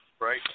Right